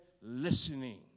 listening